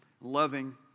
loving